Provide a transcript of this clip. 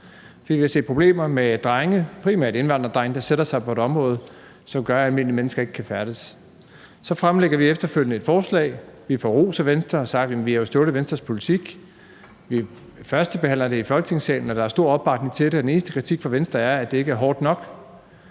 vi kan se problemer med drenge, primært indvandrerdrenge, der sætter sig på et område, hvilket gør, at almindelige mennesker ikke kan færdes der. Så fremsætter vi efterfølgende et forslag. Vi får ros af Venstre, der siger, at vi jo har stjålet Venstres politik. Vi førstebehandler det i Folketingssalen, og der er stor opbakning til det. Den eneste kritik fra Venstre er, at det ikke er hårdt nok.